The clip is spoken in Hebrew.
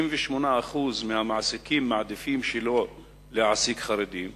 58% מהמעסיקים מעדיפים שלא להעסיק חרדים,